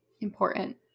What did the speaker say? Important